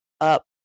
up